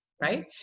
Right